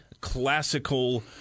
classical